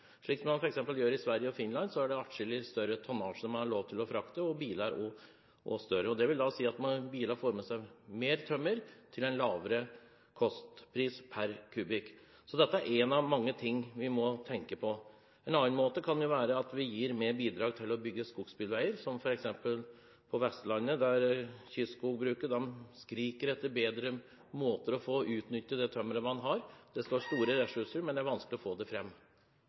Sverige og Finland har de lov til å frakte atskillig større tonnasje, og en har også større biler. Det vil si at bilene får med seg mer tømmer til en lavere kostpris per kubikk. Så dette er én av mange ting vi må tenke på. En annen ting kan være å gi større bidrag til å bygge skogsbilveier, som f.eks. på Vestlandet, der kystskogbruket skriker etter bedre måter å utnytte det tømmeret de har på. Det står store ressurser der, men det er vanskelig å få dem fram. Jeg er helt enig. Når det